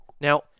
Now